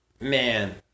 man